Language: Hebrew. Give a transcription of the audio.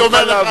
אני אומר לך,